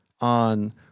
on